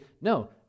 no